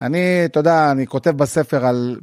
אני, אתה יודע, אני כותב בספר על...